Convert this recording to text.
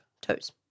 toes